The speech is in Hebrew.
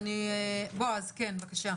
בועז, בבקשה.